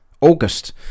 August